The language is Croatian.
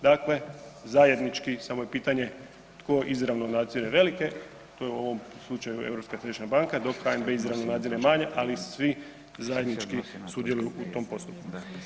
Dakle, zajednički samo je pitanje tko izravno nadzire velike, to je u ovom slučaju Europska središnja banka dok HNB izravno nadzire manje, ali svi zajednički sudjeluju u tom postupku.